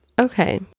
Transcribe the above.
Okay